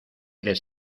les